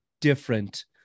different